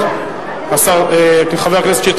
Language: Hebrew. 57 נגד,